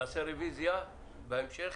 נעשה רוויזיה בהמשך.